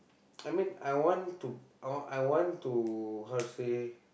I mean I want to I I want to how to say